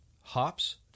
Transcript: hops